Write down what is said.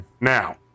Now